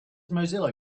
mozilla